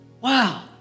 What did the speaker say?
wow